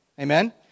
Amen